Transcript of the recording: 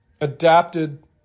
adapted